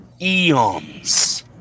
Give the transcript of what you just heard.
eons